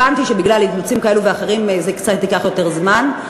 הבנתי שבגלל אילוצים כאלה ואחרים זה קצת ייקח יותר זמן.